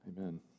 Amen